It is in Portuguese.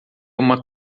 uma